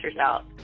out